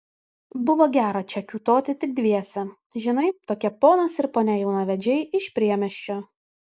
buvo gera čia kiūtoti tik dviese žinai tokie ponas ir ponia jaunavedžiai iš priemiesčio